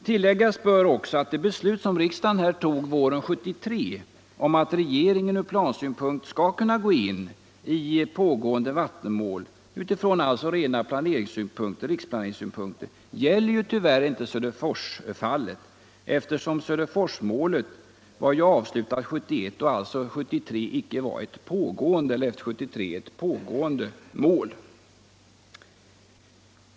Tilläggas bör att det beslut som riksdagen tog våren 1973 att regeringen skall kunna gå in i pågående vattenmål utifrån rena riksplaneringssynpunkter tyvärr inte gäller Söderforsmålet, eftersom Söderforsmålet avslutades 1971 och följaktligen icke var ett pågående mål 1973.